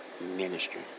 ministry